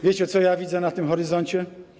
Wiecie, co ja widzę na tym horyzoncie?